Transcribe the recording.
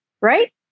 right